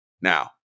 Now